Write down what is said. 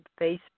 Facebook